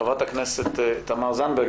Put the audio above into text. חברת הכנסת תמר זנדברג.